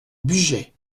bugey